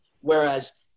whereas